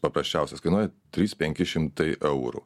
paprasčiausias kainuoja trys penki šimtai eurų